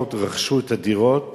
ומשפחות רכשו את הדירות